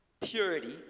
Purity